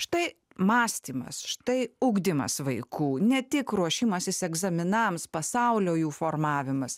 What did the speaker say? štai mąstymas štai ugdymas vaikų ne tik ruošimasis egzaminams pasaulio jų formavimas